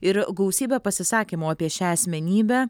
ir gausybę pasisakymų apie šią asmenybę